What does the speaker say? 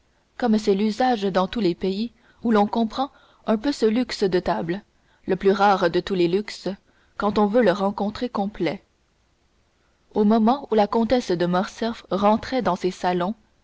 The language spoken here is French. comme c'est l'usage dans tous les pays où l'on comprend un peu ce luxe de la table le plus rare de tous les luxes quand on veut le rencontrer complet au moment où la comtesse de morcerf rentrait dans ses salons